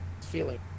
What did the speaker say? feeling